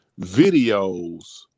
videos